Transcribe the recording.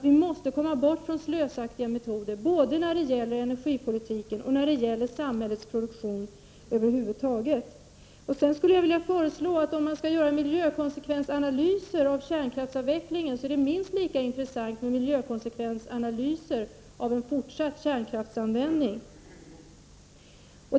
Vi måste komma bort från slösaktiga metoder både när det gäller energipolitiken och när det gäller samhällets produktion över huvud taget. Om man skall göra miljökonsekvensanalyser av kärnkraftsavvecklingen är det, vill jag hävda, minst lika intressant med miljökonsekvensanalyser av en fortsatt kärnkraftsanvänding. Det skulle jag vilja föreslå.